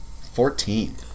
Fourteen